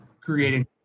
creating